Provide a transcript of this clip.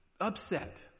upset